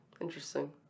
Interesting